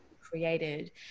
created